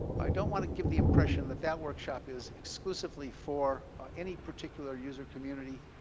i don't want to give the impression that that workshop is exclusively for any particular user community.